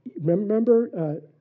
remember